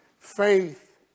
Faith